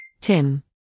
tim